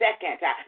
second